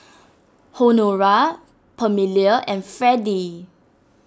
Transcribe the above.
Honora Pamelia and Fredy